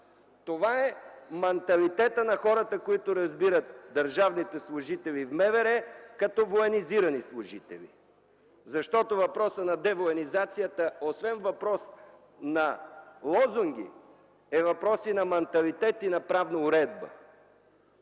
Това е манталитетът на хората, които разбират държавните служители в МВР като военизирани служители. Въпросът на девоенизацията, освен въпрос на лозунги, е въпрос и на манталитет, и на правна уредба.